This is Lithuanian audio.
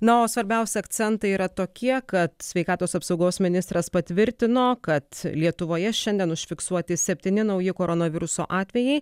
na o svarbiausi akcentai yra tokie kad sveikatos apsaugos ministras patvirtino kad lietuvoje šiandien užfiksuoti septyni nauji koronaviruso atvejai